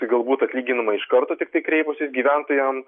tai galbūt atlyginama iš karto tiktai kreipusis gyventojam